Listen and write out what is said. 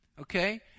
Okay